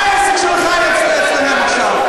מה העסק שלך אצלם עכשיו?